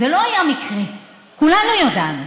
זה לא היה מקרה, כולנו ידענו.